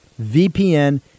VPN